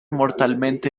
mortalmente